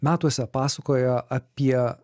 metuose pasakoja apie